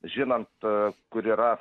žinant kur yra